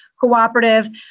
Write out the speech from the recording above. cooperative